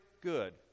good